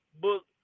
book